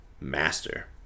master